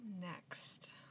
next